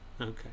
Okay